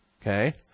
Okay